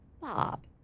Bob